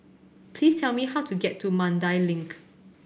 please tell me how to get to Mandai Link